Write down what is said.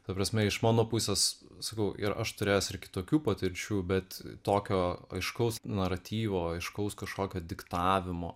ta prasme iš mano pusės sakau ir aš turėjęs ir kitokių patirčių bet tokio aiškaus naratyvo aiškaus kažkokio diktavimo